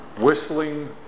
Whistling